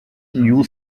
new